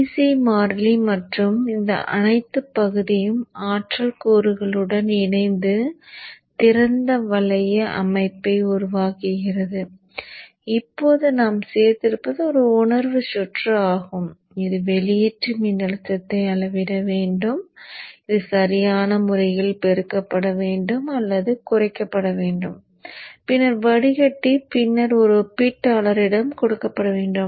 Vc மாறிலி மற்றும் இந்த அனைத்து பகுதியும் ஆற்றல் கூறுகளுடன் இணைந்து திறந்த வளைய அமைப்பை உருவாக்குகிறது இப்போது நாம் சேர்த்திருப்பது ஒரு உணர்வு சுற்று ஆகும் இது வெளியீட்டு மின்னழுத்தத்தை அளவிட வேண்டும் இது சரியான முறையில் பெருக்கப்பட வேண்டும் அல்லது குறைக்கப்பட வேண்டும் பின்னர் வடிகட்டி பின்னர் ஒரு ஒப்பீட்டாளரிடம் கொடுக்கப்பட வேண்டும்